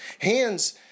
Hands